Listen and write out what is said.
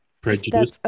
prejudice